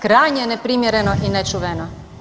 Krajnje je neprimjereno i nečuveno.